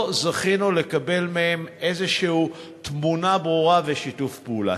לא זכינו לקבל מהם תמונה ברורה כלשהי ושיתוף פעולה.